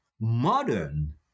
modern